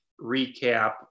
recap